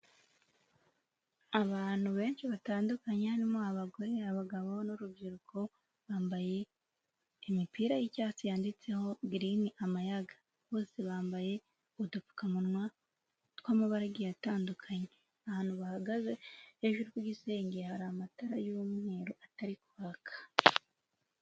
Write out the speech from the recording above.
Abantu benshi batandukanye harimo abagore abagabo n'urubyiruko, bambaye imipira y'icyatsi yanditseho Green amayaga, bose bambaye udupfukamunwa tw'amabara agiye atandukanye, ahantu bahagaze hejuru y'igisenge hari amatara y'umweru atari kwaka.